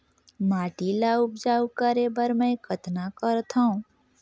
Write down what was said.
माटी ल उपजाऊ करे बर मै कतना करथव?